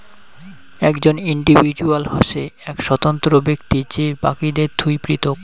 একজন ইন্ডিভিজুয়াল হসে এক স্বতন্ত্র ব্যক্তি যে বাকিদের থুই পৃথক